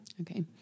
okay